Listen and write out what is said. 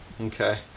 Okay